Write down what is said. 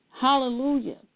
hallelujah